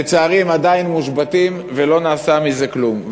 לצערי הם עדיין מושבתים ולא נעשה מזה כלום.